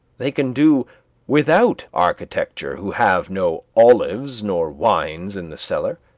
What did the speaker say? they can do without architecture who have no olives nor wines in the cellar.